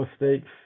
mistakes